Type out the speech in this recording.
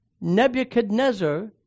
Nebuchadnezzar